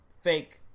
fake